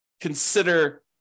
consider